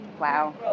Wow